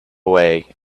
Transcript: away